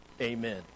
amen